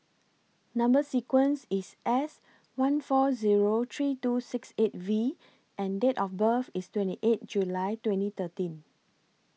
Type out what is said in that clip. Number sequence IS S one four Zero three two six eight V and Date of birth IS twenty eight July twenty thirteen